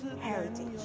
heritage